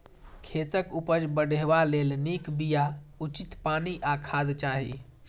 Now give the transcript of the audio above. खेतक उपज बढ़ेबा लेल नीक बिया, उचित पानि आ खाद चाही